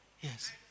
Yes